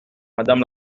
madame